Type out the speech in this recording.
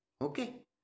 Okay